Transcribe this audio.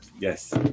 Yes